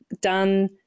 done